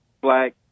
black